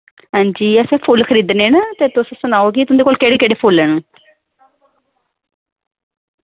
हां जी असें फुल्ल खरीदने न ते तुस सनाओ कि तुं'दे कोल केह्ड़े केह्ड़े फुल्ल न